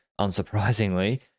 unsurprisingly